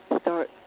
start